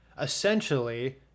Essentially